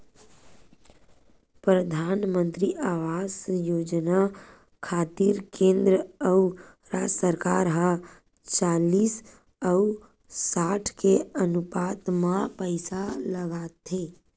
परधानमंतरी आवास योजना खातिर केंद्र अउ राज सरकार ह चालिस अउ साठ के अनुपात म पइसा लगाथे